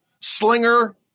slinger